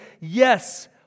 yes